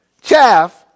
chaff